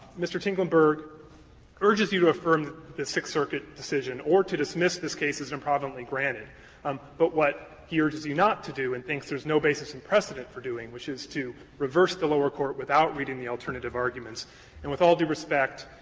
mr. tinklenberg urges you to affirm the sixth circuit decision or to dismiss this case as improvidently granted um but what he urges you not to do and thinks there's no basis in precedent for doing, which is to reverse the lower court without reading the alternative arguments and with all due respect,